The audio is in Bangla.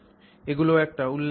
এগুলো একটা উল্লেখ মাত্র